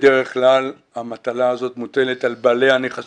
בדרך כלל המטלה הזאת מוטלת על בעלי הנכסים.